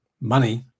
money